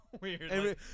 weird